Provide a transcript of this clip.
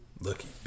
Lucky